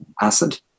acid